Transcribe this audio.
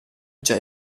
già